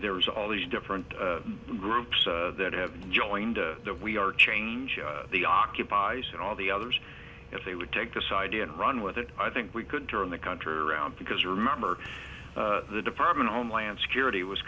there's all these different groups that have joined we are changing the occupies and all the others if they would take this idea and run with it i think we could turn the country around because remember the department of homeland security was